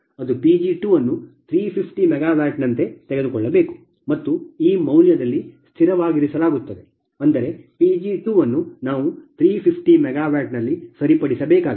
ಅದು Pg2 ಅನ್ನು 350 ಮೆಗಾವ್ಯಾಟ್ನಂತೆ ತೆಗೆದುಕೊಳ್ಳಬೇಕು ಮತ್ತು ಈ ಮೌಲ್ಯದಲ್ಲಿ ಸ್ಥಿರವಾಗಿರಿಸಲಾಗುತ್ತದೆ ಅಂದರೆ Pg2 ಅನ್ನು ನಾವು 350 ಮೆಗಾವ್ಯಾಟ್ ನಲ್ಲಿ ಸರಿಪಡಿಸಬೇಕಾಗಿದೆ